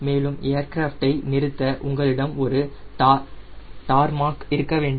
மேலும் ஏர்கிராஃப்டை நிறுத்த உங்களிடம் ஒரு டார்மாக் இருக்க வேண்டும்